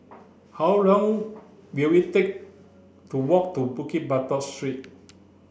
how long will it take to walk to Bukit Batok Street